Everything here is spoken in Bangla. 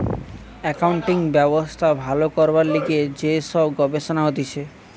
একাউন্টিং ব্যবস্থা ভালো করবার লিগে যে সব গবেষণা হতিছে